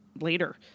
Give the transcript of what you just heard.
later